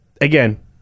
again